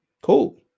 Cool